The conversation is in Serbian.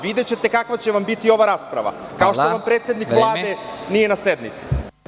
Videćete kakva će vam biti ova rasprava kao što vam predsednik Vlade nije na sednici.